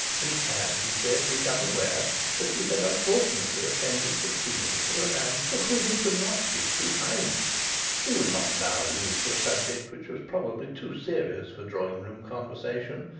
he had, he said, become aware that he had unfortunately offended the feelings of a man of whom he could not speak too highly he would not now allude to a subject which was probably too serious for drawing-room conversation,